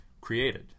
created